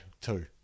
two